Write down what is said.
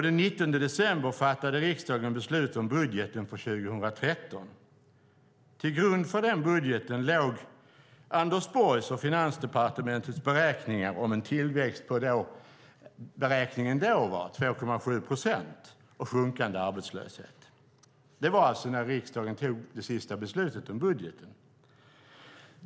Den 19 december fattade riksdagen beslut om budgeten för 2013. Till grund för den budgeten låg Anders Borgs och Finansdepartementets beräkningar om en tillväxt på 2,7 procent och en sjunkande arbetslöshet. Det var alltså när riksdagen fattade det sista beslutet om budgeten.